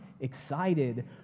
excited